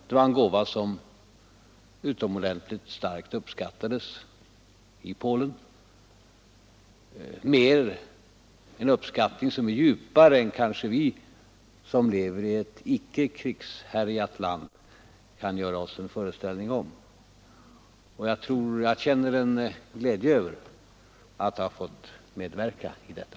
Det var en gåva som utomordentligt starkt uppskattades i Polen — en uppskattning som är djupare än kanske vi som lever i ett icke krigshärjat land kan göra oss en föreställning om. Jag känner en glädje över att ha fått medverka i detta.